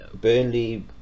Burnley